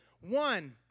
One